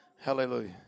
Hallelujah